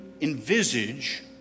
envisage